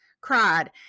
cried